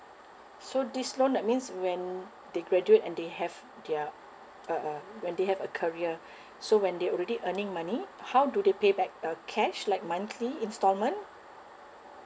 so this loan that means when they graduate and they have their uh a when they have a career so when they already earning money how do they pay back uh cash like monthly instalment